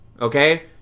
okay